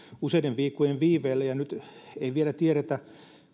useiden viikkojen viiveellä ja nyt ei vielä tiedetä